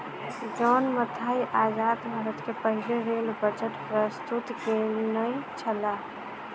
John Mathai आजाद भारत के पहिल रेल बजट प्रस्तुत केनई छला